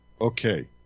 Okay